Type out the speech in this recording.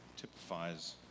typifies